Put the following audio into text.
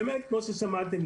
כמו ששמעתם,